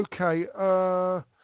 okay